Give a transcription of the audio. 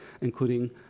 including